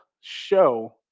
show